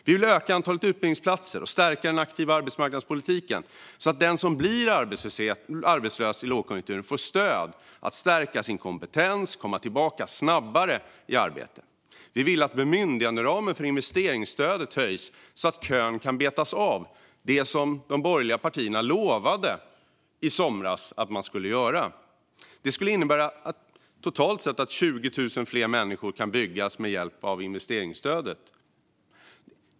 Vi vill öka antalet utbildningsplatser och stärka den aktiva arbetsmarknadspolitiken så att den som blir arbetslös i lågkonjunkturen får stöd för att stärka sin kompetens och snabbare komma tillbaka i arbete. Vi vill att bemyndiganderamen för investeringsstödet höjs så att kön kan betas av. Det var detta som de borgerliga partierna i somras lovade att de skulle göra. Det skulle innebära att 20 000 fler bostäder kan byggas med hjälp av investeringsstödet.